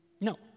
No